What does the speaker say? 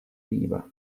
riva